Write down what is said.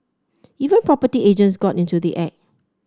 even property agents got into the act